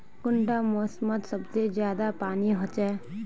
कुंडा मोसमोत सबसे ज्यादा पानी होचे?